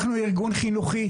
אנחנו ארגון חינוכי.